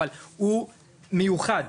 אבל הוא מיוחד,